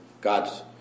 God's